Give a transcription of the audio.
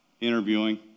interviewing